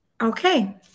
Okay